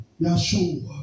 Yahshua